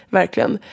verkligen